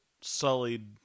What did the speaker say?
sullied